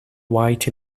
white